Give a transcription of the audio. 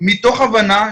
מתוך הבנה,